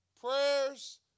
prayers